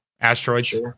asteroids